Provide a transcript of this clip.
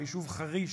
היישוב חריש